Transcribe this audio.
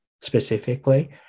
specifically